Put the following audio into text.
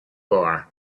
bar